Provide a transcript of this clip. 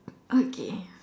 okay